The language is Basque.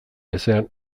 ezean